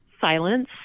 Silence